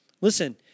Listen